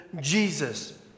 Jesus